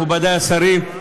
מכובדי השרים,